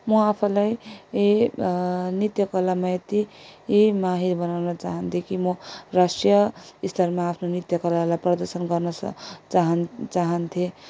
म आफूलाई नृत्यकलामा यत्ति माहिर बनाउन चाहन्थे कि म राष्ट्रिय स्तरमा आफ्नु नृत्यकलालाई प्रदशन चाह चाहन्थे